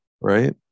Right